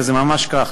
וזה ממש כך,